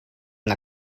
the